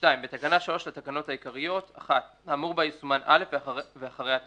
בתקנה 3 לתקנות העיקריות האמור בה יסומן "(א)" ואחריה תבוא: